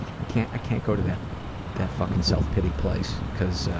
i can't i can't go to that that fucking self pity place, cuz